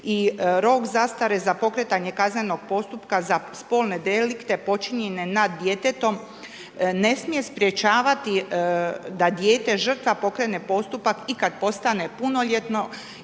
i rok zastare za pokretanje kaznenog postupka za spolne delikte počinjenje nad djetetom ne smije sprječavati da dijete žrtva pokrene postupak i kad postane punoljetno